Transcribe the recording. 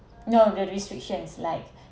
no the restrictions like